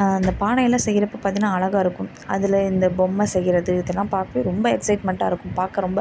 அந்த பானை எல்லாம் செய்கிறப்ப பார்த்தீன்னா அழகா இருக்கும் அதில் இந்த பொம்மை செய்கிறது இதெலாம் பார்க்கவே ரொம்ப எக்சைட்மெண்ட்டாக இருக்கும் பார்க்க ரொம்ப